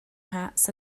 hats